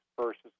versus